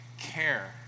care